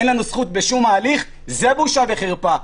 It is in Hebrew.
אין לנו זכות בשום ההליך זו בושה וחרפה.